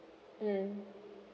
mm